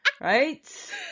Right